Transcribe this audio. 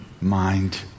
mind